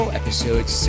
episode